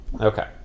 okay